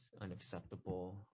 unacceptable